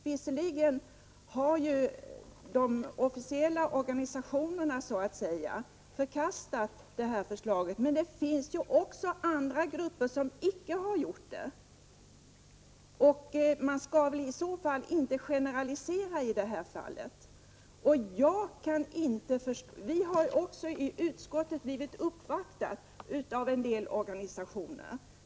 Visserligen har de officiella organisationerna förkastat det här förslaget, men det finns ju andra grupper, som icke har gjort det. Man skall väl i så fall inte generalisera. Vi har också i utskottet blivit uppvaktade av en del organisationer.